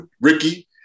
Ricky